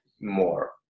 more